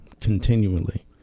continually